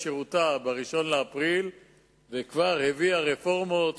שירותה ב-1 באפריל וכבר הביאה רפורמות,